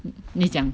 你讲